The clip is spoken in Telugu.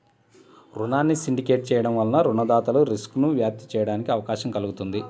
రుణాన్ని సిండికేట్ చేయడం వలన రుణదాతలు రిస్క్ను వ్యాప్తి చేయడానికి అవకాశం కల్గుతుంది